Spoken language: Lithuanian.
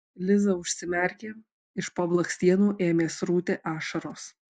liza užsimerkė iš po blakstienų ėmė srūti ašaros